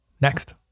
next